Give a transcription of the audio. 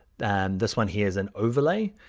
and this one here's an overlay.